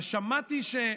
אבל שמעתי,